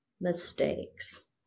mistakes